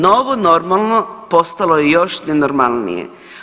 Novo normalno postalo je još nenormalnije.